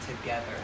together